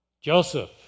Joseph